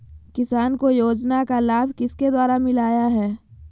किसान को योजना का लाभ किसके द्वारा मिलाया है?